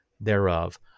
thereof